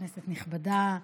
כנסת נכבדה,